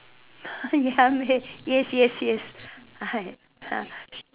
ya meh yes yes I